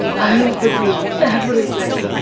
i offered you everything!